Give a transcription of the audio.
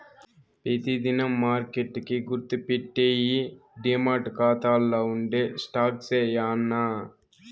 పెతి దినం మార్కెట్ కి గుర్తుపెట్టేయ్యి డీమార్ట్ కాతాల్ల ఉండే స్టాక్సే యాన్నా